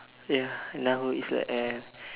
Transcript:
ya na hu is like air